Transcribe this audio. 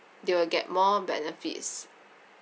they will get more benefits